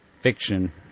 fiction